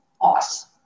awesome